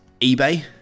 eBay